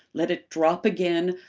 let it drop again,